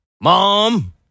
Mom